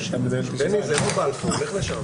לשבת כאן.